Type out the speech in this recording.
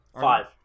Five